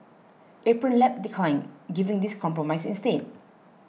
Apron Lab declined giving this compromise instead